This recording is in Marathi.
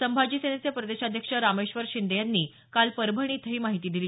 संभाजी सेनेचे प्रदेशाध्यक्ष रामेश्वर शिंदे यांनी काल परभणी इथं ही माहिती दिली